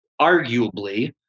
arguably